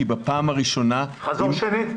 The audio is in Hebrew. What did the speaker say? כי בפעם הראשונה --- חזור שנית?